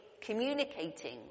communicating